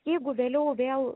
jeigu vėliau vėl